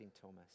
Thomas